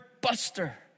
buster